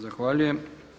Zahvaljujem.